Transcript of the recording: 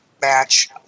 match